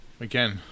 again